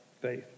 faith